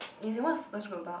you don't want to splurge about